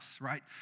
right